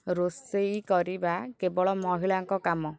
ରୋଷେଇ କରିବା କେବଳ ମହିଳାଙ୍କ କାମ